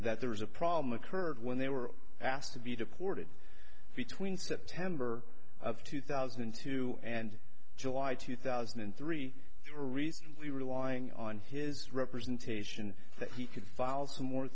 that there was a problem occurred when they were asked to be deported between september of two thousand and two and july two thousand and three theories relying on his representations that he could files for more